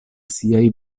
siaj